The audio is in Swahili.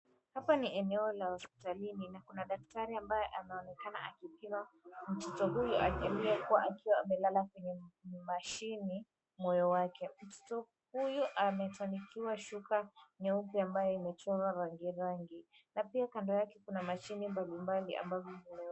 Hapa ni eneo la hospitalini na kuna daktari ambaye anaonekana akimpima, mtoto huyu aliyekua amelala kwenye mashini moyo wake. Mtoto huyu amefunikiwa shuka nyeupe ambayo imechorwa rangi rangi na pia kando yake kuna mashini mbalimbali ambazo zimewekwa.